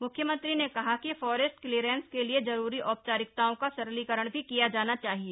मुख्यमंत्री ने कहा कि फॉरेस्ट क्लीयरेंस के लिए जरूरी औपचारिकताओं का सरलीकरण भी किया जाना चाहिए